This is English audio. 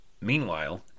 Meanwhile